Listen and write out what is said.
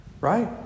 Right